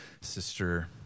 sister